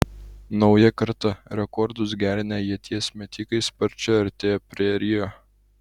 nauja karta rekordus gerinę ieties metikai sparčiai artėja prie rio